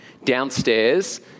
downstairs